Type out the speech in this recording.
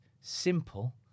simple